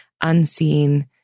unseen